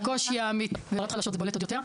הקושי האמיתי ובחברות חלשות זה בולט עוד יותר.